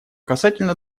касательно